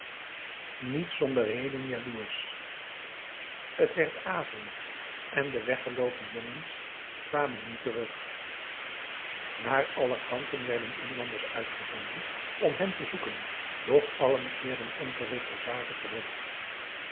niet zonder reden jaloersch t werd avond en de weggeloopen jongens kwamen niet terug naar alle kanten werden inlanders uitgezonden om hen te zoeken doch allen keerden onverrichterzake terug